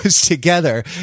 together